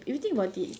if you think about it